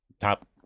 top